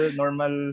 normal